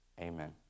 amen